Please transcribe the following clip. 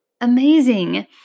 amazing